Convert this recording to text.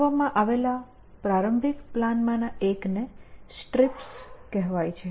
બનાવવામાં આવેલા પ્રારંભિક પ્લાનિંગમાંના એકને STRIPS કહેવાય છે